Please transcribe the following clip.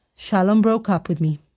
shalom broke up with me.